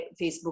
Facebook